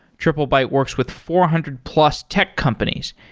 triplebyte works with four hundred plus tech companies,